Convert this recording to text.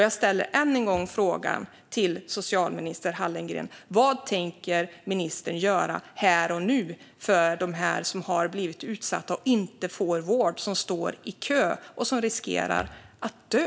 Jag ställer än en gång frågan till socialminister Hallengren: Vad tänker ministern göra här och nu för dem som har blivit utsatta och inte får vård, som står i kö och som riskerar att dö?